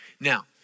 Now